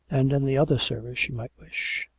and any other services she might wish.